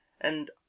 and